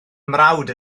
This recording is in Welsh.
mrawd